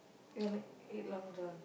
you want to eat Long John